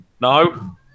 No